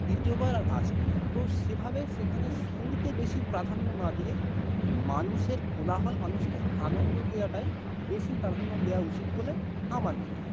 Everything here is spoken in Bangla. দ্বিতীয়বার আর আসবে না তো সেভাবে সেখানে সুরকে বেশি প্রাধান্য না দিয়ে মানুষের কোলাহল মানুষকে আনন্দ দেওয়াটাই বেশি প্রাধান্য দেওয়া উচিত বলে আমার মনে হয়